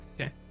Okay